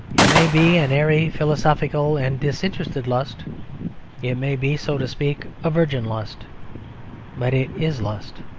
it may be an airy, philosophical, and disinterested lust it may be, so to speak, a virgin lust but it is lust,